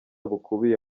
bukubiye